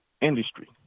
industry